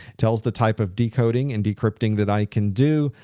tells the type of decoding and decrypting that i can do.